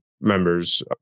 members